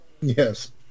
Yes